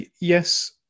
yes